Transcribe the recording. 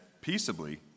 Peaceably